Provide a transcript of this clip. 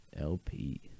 LP